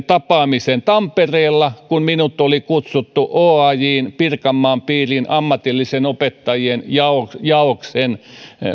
tapaamisen tampereella kun minut oli kutsuttu oajn pirkanmaan piirin ammatillisten opettajien jaoksen